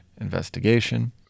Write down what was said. investigation